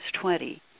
twenty